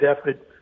effort